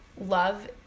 love